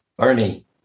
Ernie